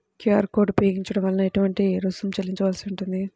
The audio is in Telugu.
క్యూ.అర్ కోడ్ ఉపయోగించటం వలన ఏటువంటి రుసుం చెల్లించవలసి ఉంటుంది?